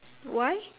why